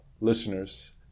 listeners